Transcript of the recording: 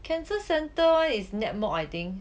cancer centre is net mok I think